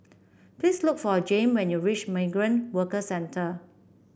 please look for Jame when you reach Migrant Workers Centre